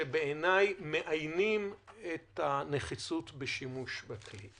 שבעיניי מאיינים את הנחיצות בשימוש בכלי.